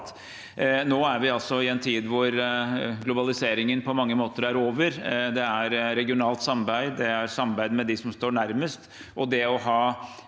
Nå er vi i en tid hvor globaliseringen på mange måter er over. Det er regionalt samarbeid, det er samarbeid med dem som står nærmest, og det å ha